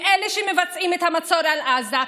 הם אלה שמבצעים את המצור על עזה,